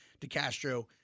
DeCastro